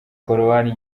korowani